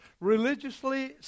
religiously